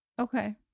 Okay